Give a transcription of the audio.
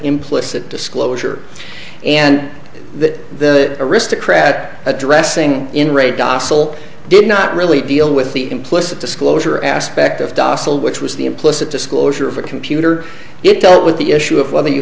implicit disclosure and that the aristocrat addressing in re docile did not really deal with the implicit disclosure aspect of docile which was the implicit disclosure of a computer it dealt with the issue of whether you